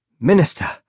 Minister